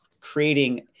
creating